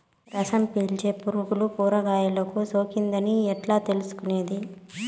రసం పీల్చే పులుగులు కూరగాయలు కు సోకింది అని ఎట్లా తెలుసుకునేది?